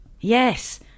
yes